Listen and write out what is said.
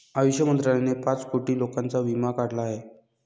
आयुष मंत्रालयाने पाच कोटी लोकांचा विमा काढला आहे